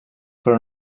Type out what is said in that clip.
però